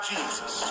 Jesus